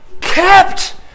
kept